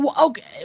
Okay